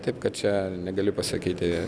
taip kad čia negali pasakyti